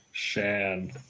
shan